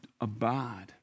abide